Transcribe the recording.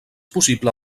possible